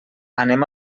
anem